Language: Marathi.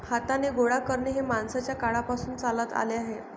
हाताने गोळा करणे हे माणसाच्या काळापासून चालत आले आहे